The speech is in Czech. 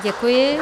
Děkuji.